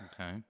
Okay